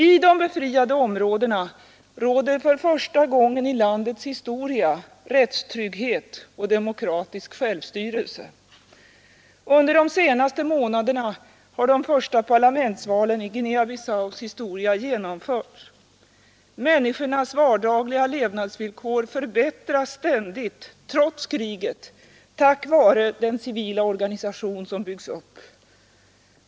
I de befriade områdena råder för första gången i landets historia rättstrygghet och demokratisk självstyrelse. Under de senaste månaderna har de första parlamentsvalen i Guinea Bissaus historia genomförts. Människornas vardagliga levnadsvillkor förbättras ständigt trots kriget tack vare den civila organisation som byggs upp.